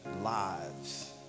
lives